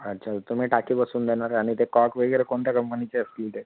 अच्छा तर तुम्ही टाकी बसवून देणार आणि ते कॉक वगैरे कोणत्या कंपनीचे असतील ते